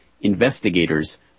investigators